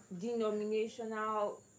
denominational